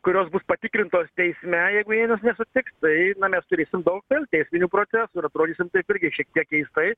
kurios bus patikrintos teisme jeigu jie nesutiks tai mes turėsim daug vėl teisminių procesų ir atrodysim taip irgi šiek tiek keistai